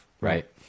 right